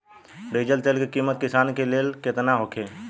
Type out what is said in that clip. Diesel तेल के किमत किसान के लेल केतना होखे?